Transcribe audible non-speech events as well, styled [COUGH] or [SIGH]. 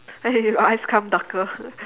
then your eyes become darker [LAUGHS]